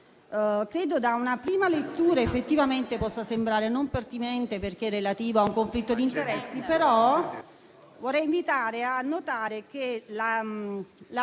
Da una prima lettura, effettivamente credo possa sembrare non pertinente, perché relativo a un conflitto di interessi; tuttavia, vorrei invitare a notare che